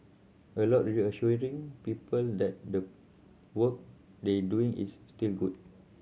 a lot reassuring people that the work they doing is still good